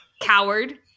coward